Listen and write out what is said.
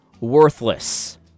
worthless